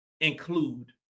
include